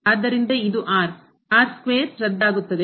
ಆದ್ದರಿಂದ ಇದು ಚದರ ರದ್ದಗುತ್ತದೆ